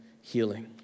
healing